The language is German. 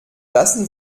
lassen